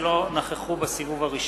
בשמות חברי הכנסת שלא נכחו בסיבוב הראשון.